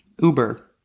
Uber